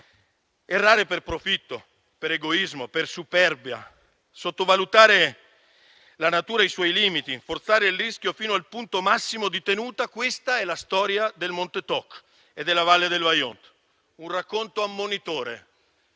Errare per profitto, per egoismo, per superbia, sottovalutare la natura e i suoi limiti, forzare il rischio fino al punto massimo di tenuta, questa è la storia del monte Toc e della valle del Vajont; un racconto ammonitore,